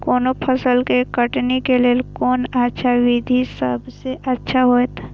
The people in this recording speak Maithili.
कोनो फसल के कटनी के लेल कोन अच्छा विधि सबसँ अच्छा होयत?